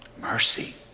Mercy